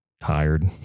tired